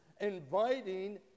inviting